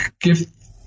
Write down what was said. give